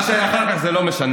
מה שהיה אחר כך זה לא משנה.